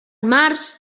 març